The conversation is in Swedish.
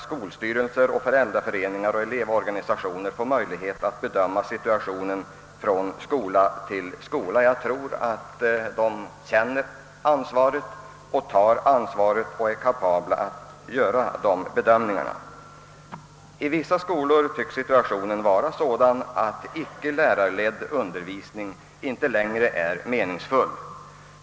Skolstyrelser, föräldraföreningar och elevorganisationer måste, menar jag, få möjlighet att bedöma situationen från skola till skola. Jag tror att de känner ansvaret och är villiga att bära det och att de är kapabla att göra de riktiga bedömningarna. I vissa skolor tycks situationen vara sådan, att icke lärarledd undervisning inte längre är meningsfull.